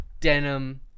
denim